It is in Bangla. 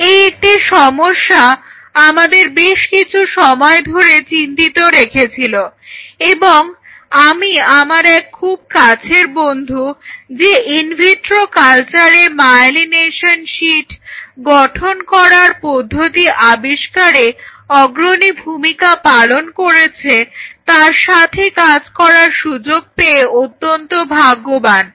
এই একটি সমস্যা আমাদের বেশ কিছু সময় ধরে চিন্তিত রেখেছিল এবং আমি আমার এক খুব কাছের বন্ধু যে ইনভিট্রো কালচারে মায়েলিনেশন সিট গঠন করার পদ্ধতি আবিষ্কারে অগ্রণী ভূমিকা পালন করেছে তার সাথে কাজ করার সুযোগ পেয়ে অত্যন্ত ভাগ্যবান